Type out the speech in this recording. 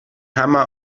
hammer